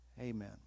Amen